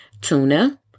tuna